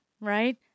right